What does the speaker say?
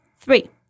Three